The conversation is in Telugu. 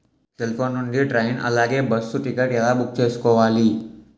సెల్ ఫోన్ నుండి ట్రైన్ అలాగే బస్సు టికెట్ ఎలా బుక్ చేసుకోవాలి?